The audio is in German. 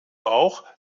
auch